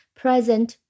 present